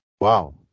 Wow